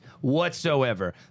whatsoever